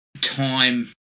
time